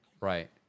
Right